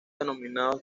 denominados